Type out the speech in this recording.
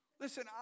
Listen